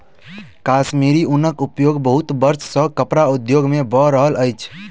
कश्मीरी ऊनक उपयोग बहुत वर्ष सॅ कपड़ा उद्योग में भ रहल अछि